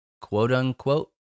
quote-unquote